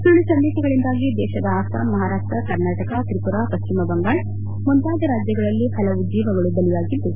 ಸುಳ್ದು ಸಂದೇಶಗಳಿಂದಾಗಿ ದೇಶದ ಅಸ್ಲಾಂ ಮಹಾರಾಷ್ಟ ಕರ್ನಾಟಕ ತ್ರಿಮರಾ ಪಶ್ಚಿಮಬಂಗಾಳ ಮುಂತಾದ ರಾಜ್ಲಗಳಲ್ಲಿ ಹಲವು ಜೀವಗಳು ಬಲಿಯಾಗಿದ್ದು